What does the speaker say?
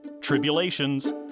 tribulations